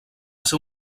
ser